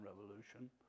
Revolution